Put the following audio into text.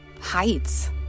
heights